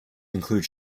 include